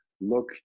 look